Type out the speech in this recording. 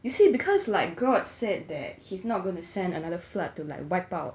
you see because like god said that he's not gonna send another flood to like wipe out